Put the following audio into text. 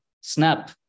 Snap